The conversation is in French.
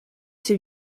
ces